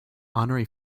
honorary